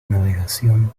navegación